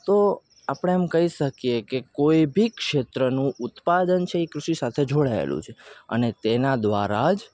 તો આપણે એમ કહી શકીએ કે કોઈ ભી ક્ષેત્રનું ઉત્પાદન છે એ કૃષિ સાથે જોડાયેલું છે અને તેના દ્વારા જ